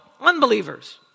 unbelievers